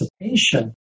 participation